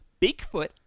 Bigfoot